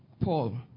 Paul